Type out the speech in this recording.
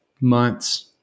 months